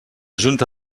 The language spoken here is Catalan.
junta